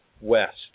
west